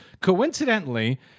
coincidentally